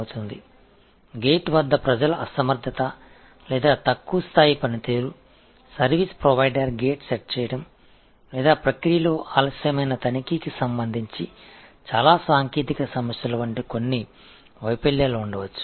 சில தோல்விகள் இருக்கும் இது வாயிலில் உள்ள மக்களின் இயலாமை அல்லது குறைந்த அளவிலான செயல்திறன் சர்வீஸ் வழங்குநர் கேட்டை அமைத்தார் அல்லது தாமதமாக சோதனை செய்வதில் சில டெக்னிக்கல் சிக்கல்கள் இருக்கலாம்